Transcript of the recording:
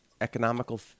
economical